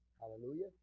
Hallelujah